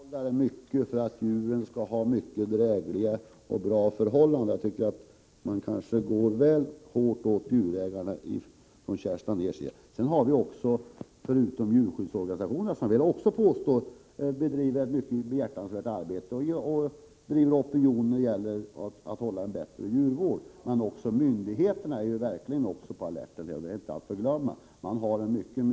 Herr talman! Det görs mycket för att djuren skall ha drägliga och bra förhållanden. Jag tycker att Kerstin Anér kanske går väl hårt åt djurägarna och deras inställning i dessa frågor. Djurskyddsorganisationerna utför ett mycket behjärtansvärt arbete och skapar opinion för en bättre djurvård, men vi får inte glömma att också myndigheterna är på alerten.